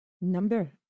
number